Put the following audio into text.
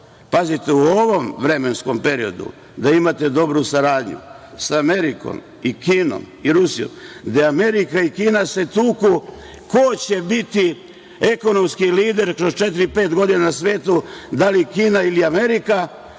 loše. Pazite, u ovom vremenskom periodu da imate dobru saradnju sa Amerikom i Kinom i Rusijom, gde Amerika i Kina se tuku ko će biti ekonomski lider kroz četiri-pet godina na svetu, da li Kina ili Amerika,